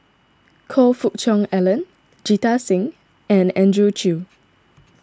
Choe Fook Cheong Alan Jita Singh and Andrew Chew